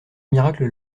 miracles